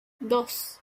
dos